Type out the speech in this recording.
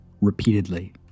repeatedly